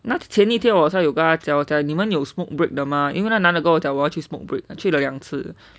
那前一天听我有跟交:na qianan yi tian tingn wo you gen jiao sia 你们有 smoke break 的吗因为那男的跟我讲他要去 smoke break 他去了两次